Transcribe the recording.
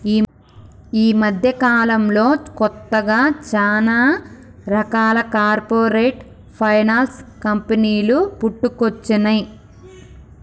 యీ మద్దెకాలంలో కొత్తగా చానా రకాల కార్పొరేట్ ఫైనాన్స్ కంపెనీలు పుట్టుకొచ్చినై